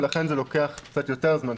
ולכן זה לוקח קצת יותר זמן.